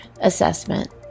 assessment